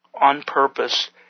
on-purpose